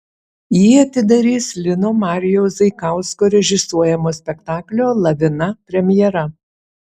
jį atidarys lino marijaus zaikausko režisuojamo spektaklio lavina premjera